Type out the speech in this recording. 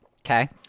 Okay